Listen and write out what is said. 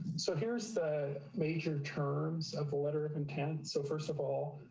so here's the major terms of letter of intent. so first of all,